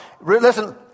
Listen